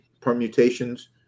permutations